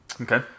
Okay